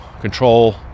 control